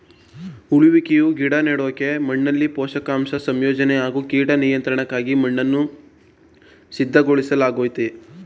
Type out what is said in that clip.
ಉಳುವಿಕೆಯು ಗಿಡ ನೆಡೋಕೆ ಮಣ್ಣಲ್ಲಿ ಪೋಷಕಾಂಶ ಸಂಯೋಜನೆ ಹಾಗೂ ಕೀಟ ನಿಯಂತ್ರಣಕ್ಕಾಗಿ ಮಣ್ಣನ್ನು ಸಿದ್ಧಗೊಳಿಸೊದಾಗಯ್ತೆ